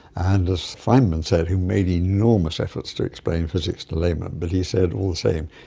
and as feynman said, who made enormous efforts to explain physics to laymen, but he said, all the same,